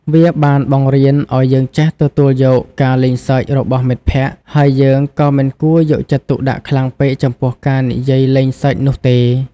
វាបានបង្រៀនឱ្យយើងចេះទទួលយកការលេងសើចរបស់មិត្តភក្តិ ហើយយើងមិនគួរយកចិត្តទុកដាក់ខ្លាំងពេកចំពោះការនិយាយលេងសើចនោះទេ។